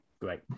great